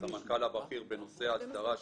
הסמנכ"ל הבכיר בנושא ההסדרה שעשינו,